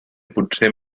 potser